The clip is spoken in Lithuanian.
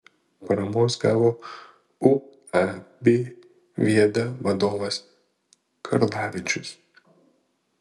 paramos gavo uab viada vadovas karlavičius